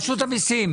רשות המסים.